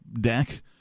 deck